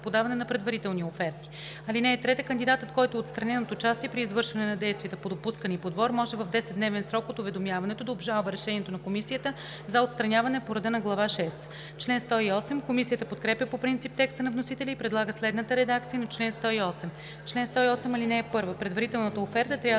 подаване на предварителни оферти. (3) Кандидат, който е отстранен от участие при извършване на действията по допускане и подбор може в 10-дневен срок от уведомяването да обжалва решението на комисията за отстраняване по реда на Глава шеста.“ Комисията подкрепя по принцип текста на вносителя и предлага следната редакция на чл. 108: „Чл. 108. (1) Предварителната оферта трябва